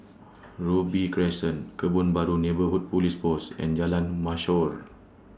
Robey Crescent Kebun Baru Neighbourhood Police Post and Jalan Mashhor